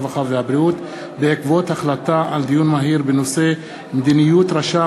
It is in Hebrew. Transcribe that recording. הרווחה והבריאות בעקבות דיון מהיר בנושא: מדיניות רשם